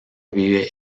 vive